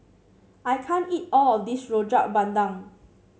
I can't eat all of this Rojak Bandung